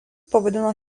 pavadino